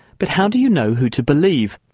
but how do you know who to believe?